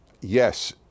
yes